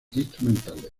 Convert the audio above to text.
instrumentales